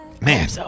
Man